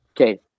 Okay